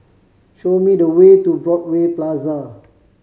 show me the way to Broadway Plaza